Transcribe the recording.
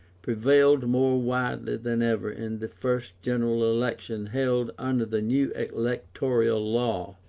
prevailed more widely than ever in the first general election held under the new electoral law.